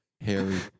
Harry